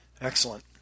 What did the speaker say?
Excellent